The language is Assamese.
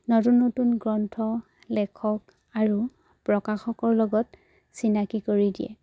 নতুন নতুন গ্ৰন্থ লেখক আৰু প্ৰকাশকৰ লগত চিনাকি কৰি দিয়ে